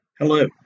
Hello